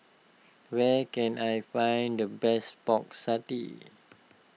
where can I find the best Pork Satay